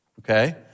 Okay